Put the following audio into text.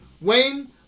Wayne